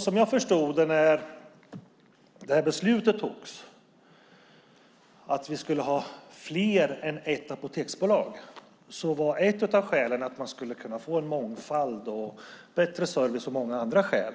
Som jag förstod det när beslutet togs att vi skulle ha fler än ett apoteksbolag var ett av skälen att man skulle kunna få mångfald och bättre service. Det fanns också många andra skäl.